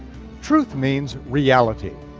truth means reality,